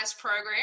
program